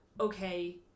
okay